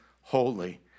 holy